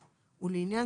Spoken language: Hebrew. החדשה,